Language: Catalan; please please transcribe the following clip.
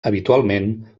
habitualment